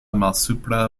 malsupra